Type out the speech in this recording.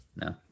No